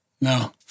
no